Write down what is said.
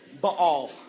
Baal